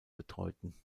betreuten